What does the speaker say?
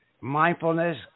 mindfulness